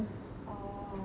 orh